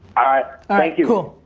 alright. thank you. cool.